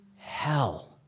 hell